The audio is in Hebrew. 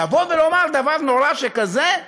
לבוא ולומר דבר נורא שכזה?